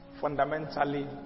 fundamentally